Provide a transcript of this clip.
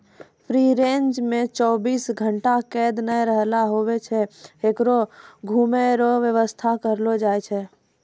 free range मे चौबीस घंटा कैद नै रहना हुवै छै होकरो घुमै रो वेवस्था करलो जाय छै